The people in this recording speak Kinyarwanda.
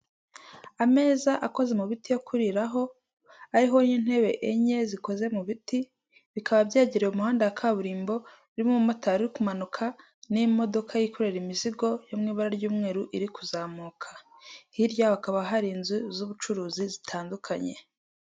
Ameza akoze mu biti yo kuriraho ariho n'intebe enye zikoze mu biti, bikaba byegereye umuhanda wa kaburimbo urimo umumotari uri kumanuka n'imodoka yikorera imizigo yo mu ibara ry'umweru iri kuzamuka, hirya yaho hakaba hari inzu z'ubucuruzi zitandukanye.